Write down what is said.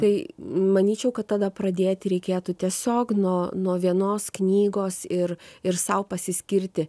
tai manyčiau kad tada pradėti reikėtų tiesiog nuo nuo vienos knygos ir ir sau pasiskirti